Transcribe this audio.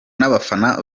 n’abafana